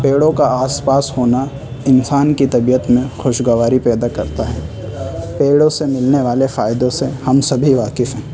پیڑوں کا آس پاس ہونا انسان کی طبیعت میں خوشگواری پیدا کرتا ہے پیڑوں سے ملنے والے فائدوں سے ہم سبھی واقف ہیں